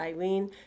Irene